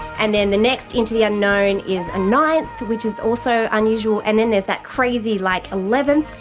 and then the next into the unknown is a ninth which is also unusual, and then there's that crazy like eleventh